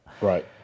Right